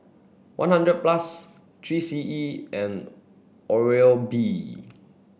one hundred plus three C E and Oral B